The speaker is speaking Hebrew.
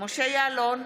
משה יעלון,